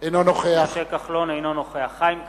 אינו נוכח חיים כץ,